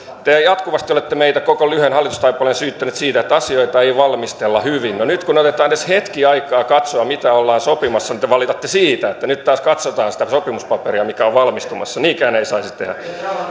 te jatkuvasti olette meitä koko lyhyen hallitustaipaleen syyttäneet siitä että asioita ei valmistella hyvin no nyt kun otetaan edes hetki aikaa katsoa mitä ollaan sopimassa niin te valitatte siitä että nyt taas katsotaan sitä sopimuspaperia mikä on valmistumassa että niinkään ei saisi tehdä